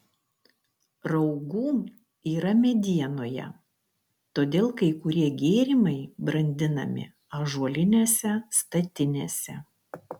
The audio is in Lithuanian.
raugų yra medienoje todėl kai kurie gėrimai brandinami ąžuolinėse statinėse